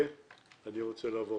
אני רוצה לעבור